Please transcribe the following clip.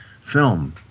film